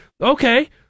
okay